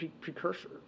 precursor